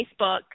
Facebook